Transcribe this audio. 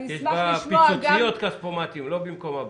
יש בפיצוציות כספומטים, לא במקום הבנקים.